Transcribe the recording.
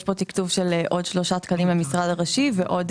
יש פה תקצוב של עוד שלושה תקנים למשרד הראשי ועוד